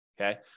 Okay